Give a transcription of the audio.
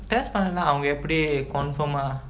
test பன்னல அவங்க எப்டி:pannala avanga epdi confirm ah